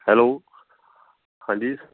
hello ਹਾਂਜੀ